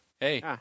Hey